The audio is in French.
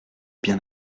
bien